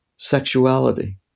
sexuality